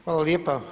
Hvala lijepa.